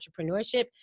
entrepreneurship